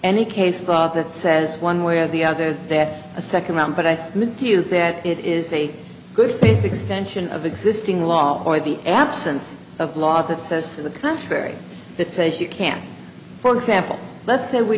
any case law that says one way or the other that a second round but i submit to you that it is a good faith extension of existing law or the absence of law that says to the contrary that says you can't for example let's say we